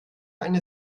eine